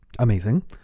Amazing